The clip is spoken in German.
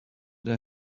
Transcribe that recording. der